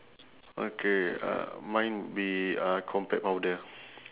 okay uh mine would be uh compact powder